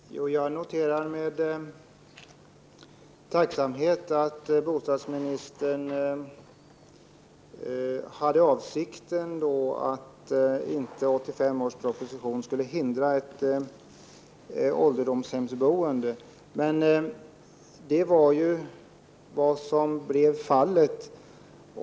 Fru talman! Jag noterar med tacksamhet att bostadsministern hade avsikten att 1985 års proposition inte skulle hindra ett boende i ålderdomshem. Men så har ju blivit fallet.